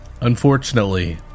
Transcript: Unfortunately